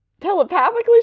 telepathically